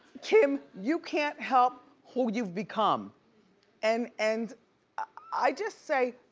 kim, you can't help who you've become and and i just say,